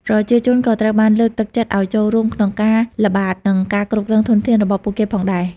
ប្រជាជនក៏ត្រូវបានលើកទឹកចិត្តឲ្យចូលរួមក្នុងការល្បាតនិងការគ្រប់គ្រងធនធានរបស់ពួកគេផងដែរ។